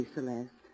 Celeste